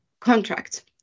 contract